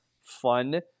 fun